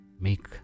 make